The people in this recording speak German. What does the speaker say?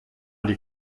die